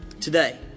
Today